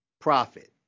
profit